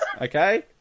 okay